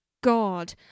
God